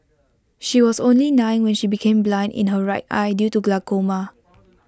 she was only nine when she became blind in her right eye due to glaucoma